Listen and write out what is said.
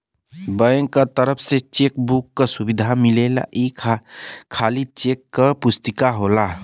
bank क तरफ से चेक बुक क सुविधा मिलेला ई खाली चेक क पुस्तिका होला